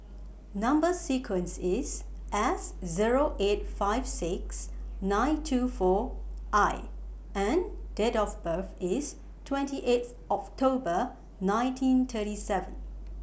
Number sequence IS S Zero eight five six nine two four I and Date of birth IS twenty eighth October nineteen thirty seven